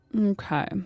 Okay